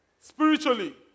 spiritually